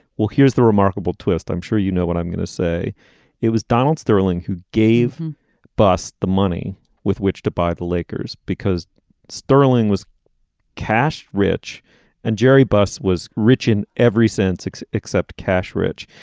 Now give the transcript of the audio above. well here's the remarkable twist i'm sure you know what i'm gonna say it was donald sterling who gave buss the money with which to buy the lakers because sterling was cash rich and jerry buss was rich in every sense except cash rich.